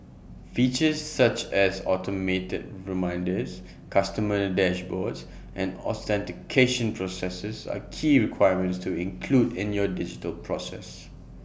features such as automated reminders customer dashboards and authentication processes are key requirements to include in your digital process